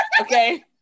Okay